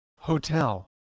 hotel